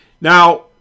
Now